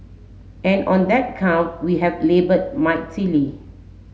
and on that count we have laboured mightily